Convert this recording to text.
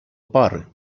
пари